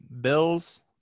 Bills –